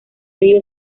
río